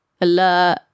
alert